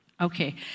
okay